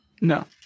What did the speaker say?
No